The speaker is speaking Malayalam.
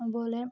അതുപോലെ